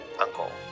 Uncle